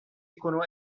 jkunu